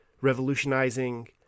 revolutionizing